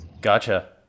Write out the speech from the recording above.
Gotcha